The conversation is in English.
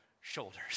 shoulders